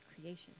creation